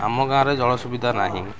ଆମ ଗାଁ'ରେ ଜଳ ସୁବିଧା ନାହିଁ